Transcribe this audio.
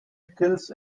kills